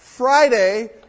Friday